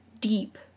deep